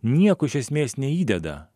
nieko iš esmės neįdeda